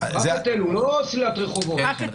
לא סלילת רחובות.